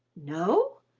no?